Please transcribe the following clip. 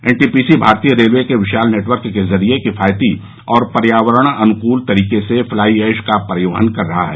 NTPC भारतीय railway के विशाल नेटवर्क के जरिए किफायती और पर्यावरण अनुकूल तरीके से फ्लाई एश का परिवहन कर रहा है